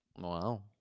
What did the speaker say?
Wow